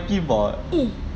eh